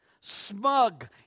smug